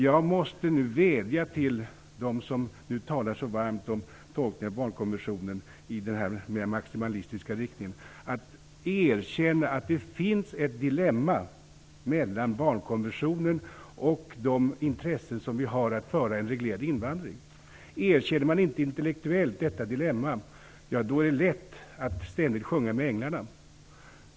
Jag måste nu vädja till dem som talar så varmt för en tolkning av barnkonventionen i en mera maximalistisk riktning att erkänna att det finns ett dilemma mellan hanteringen av barnkonventionen och de intressen som vi har av en reglerad invandring. Erkänner man inte intellektuellt detta dilemma, är det lätt att ständigt sjunga med änglarna.